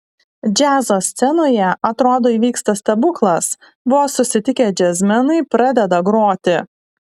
džiazo scenoje atrodo įvyksta stebuklas vos susitikę džiazmenai pradeda groti